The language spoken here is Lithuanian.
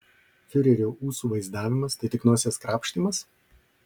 fiurerio ūsų vaizdavimas tai tik nosies krapštymas